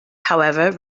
however